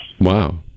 Wow